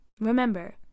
Remember